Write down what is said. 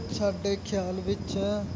ਸਾਡੇ ਖਿਆਲ ਵਿੱਚ